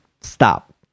stop